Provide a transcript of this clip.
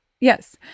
yes